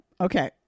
Okay